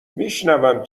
میشونم